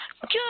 Good